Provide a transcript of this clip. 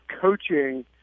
coaching